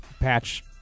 patch